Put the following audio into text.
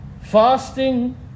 fasting